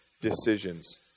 decisions